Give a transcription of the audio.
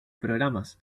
programas